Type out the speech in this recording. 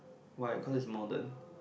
why cause it's modern